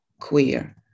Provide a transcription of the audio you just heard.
queer